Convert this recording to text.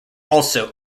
also